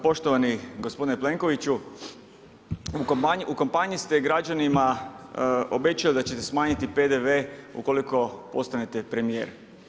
Poštovani gospodine Plenkoviću, u kampanji ste građanima obećali da ćete smanjiti PDV ukoliko postanete premijer.